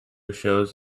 shows